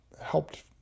helped